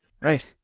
right